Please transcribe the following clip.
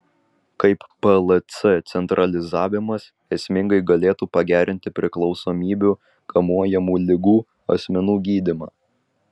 kaip plc centralizavimas esmingai galėtų pagerinti priklausomybių kamuojamų ligų asmenų gydymą